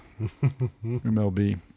MLB